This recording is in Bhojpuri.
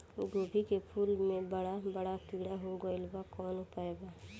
गोभी के फूल मे बड़ा बड़ा कीड़ा हो गइलबा कवन उपाय बा?